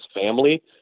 family